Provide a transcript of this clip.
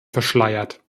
verschleiert